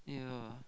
yeah